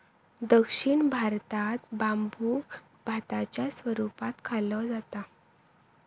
दक्षिण भारतात बांबुक भाताच्या स्वरूपात खाल्लो जाता